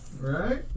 Right